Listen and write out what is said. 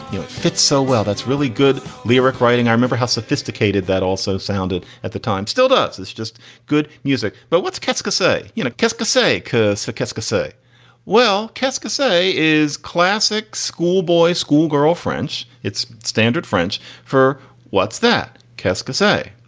you know, fit so well, that's really good lyric writing. i remember how sophisticated that also sounded at the time. still does. it's just good music. but what's casca say? you know, casca say curse, casca say well, casca say is classic schoolboy schoolgirl french. it's standard french for what's that casca say.